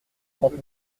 trente